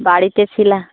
বাড়িতে ছিলো